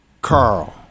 Carl